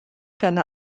gerne